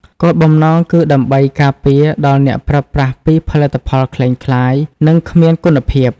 គោលបំណងគឺដើម្បីការពារដល់អ្នកប្រើប្រាស់ពីផលិតផលក្លែងក្លាយ និងគ្មានគុណភាព។